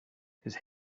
his